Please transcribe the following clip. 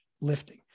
lifting